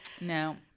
No